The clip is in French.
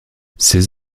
ses